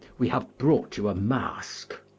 we have brought you a mask.